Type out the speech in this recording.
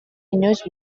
inoiz